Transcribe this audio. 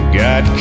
got